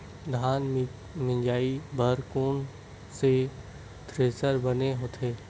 धान मिंजई बर कोन से थ्रेसर बने होथे?